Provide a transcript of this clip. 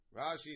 Rashi